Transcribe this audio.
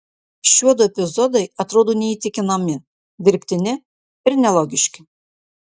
šiuodu epizodai atrodo neįtikinami dirbtini ir nelogiški